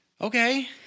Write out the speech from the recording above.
Okay